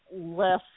less